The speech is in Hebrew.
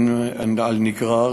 על נגרר,